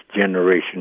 generation